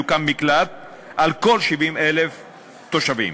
יוקם מקלט על כל 70,000 תושבים.